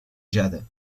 jade